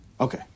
Okay